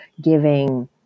giving